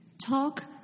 talk